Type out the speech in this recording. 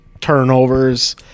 turnovers